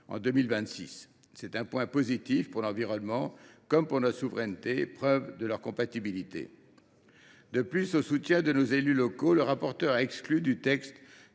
en 2026. C’est un point positif pour l’environnement comme pour notre souveraineté, ce qui prouve bien leur compatibilité. De plus, afin de soutenir nos élus locaux, le rapporteur a exclu du texte